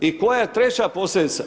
I koja je treća posljedica?